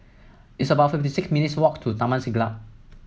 it's about fifty six minutes' walk to Taman Siglap